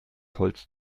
holz